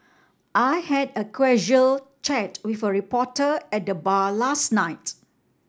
I had a casual chat with a reporter at the bar last night